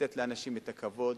לתת לאנשים את הכבוד.